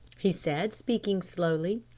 he said, speaking slowly.